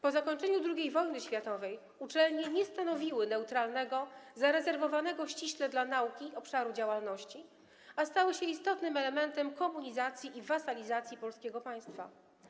Po zakończeniu II wojny światowej uczelnie nie stanowiły neutralnego, zarezerwowanego ściśle dla nauki obszaru działalności, ale stały się istotnym elementem komunizacji i wasalizacji polskiego państwa.